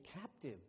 captive